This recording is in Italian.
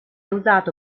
usato